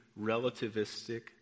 relativistic